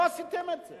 לא עשיתם את זה.